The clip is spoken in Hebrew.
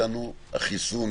החיסון